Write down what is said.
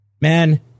Man